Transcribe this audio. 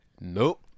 Nope